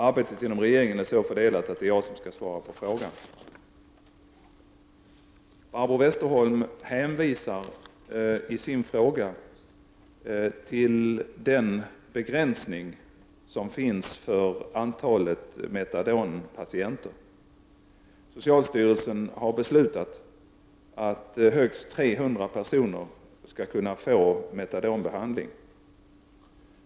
Arbetet inom regeringen är så fördelat att det är jag som skall svara på frågan. Barbro Westerholm hänvisar i sin fråga till den begränsning som finns för antalet metadonpatienter. Socialstyrelsen har beslutat att högst 300 personer skall kunna få metadonbehandling.